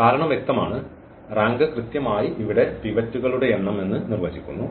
കാരണം വ്യക്തമാണ് റാങ്ക് കൃത്യമായി ഇവിടെ പിവറ്റുകളുടെ എണ്ണം നിർവ്വചിക്കുന്നു